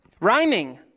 rhyming